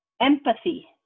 empathy